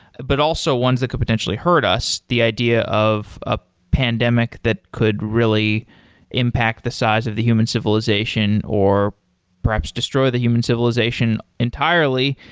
but also ones that could potentially hurt us, the idea of ah pandemic that could really impact the size of the human civilization, or perhaps destroy the human civilization entirely,